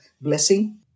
blessing